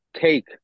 take